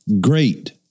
great